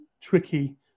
tricky